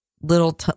little